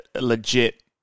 legit